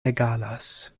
egalas